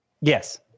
Yes